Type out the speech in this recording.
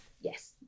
Yes